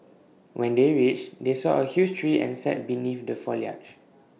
when they reached they saw A huge tree and sat beneath the foliage